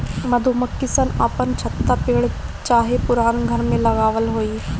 मधुमक्खी सन अपन छत्ता पेड़ चाहे पुरान घर में लगावत होई